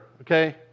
okay